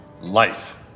Life